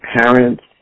parents